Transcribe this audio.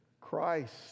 Christ